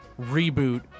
reboot